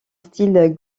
style